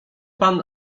pan